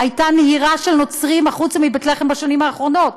הייתה נהירה של נוצרים החוצה מבית לחם בשנים האחרונות.